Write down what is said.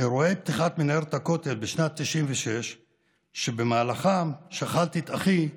ואירועי פתיחת מנהרת הכותל בשנת 1996. במהלכם שכלתי את אחי נביה,